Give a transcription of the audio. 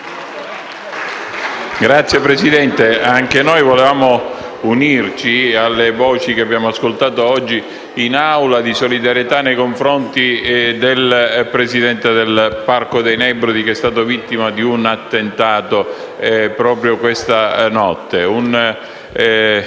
Signor Presidente, anche noi vogliamo unirci alle voci che oggi abbiamo ascoltato in Aula di solidarietà nei confronti del Presidente del Parco dei Nebrodi, che è stato vittima di un attentato proprio questa notte. Una